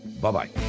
Bye-bye